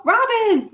Robin